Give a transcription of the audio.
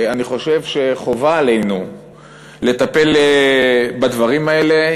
אני חושב שחובה עלינו לטפל בדברים האלה.